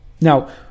Now